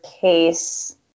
case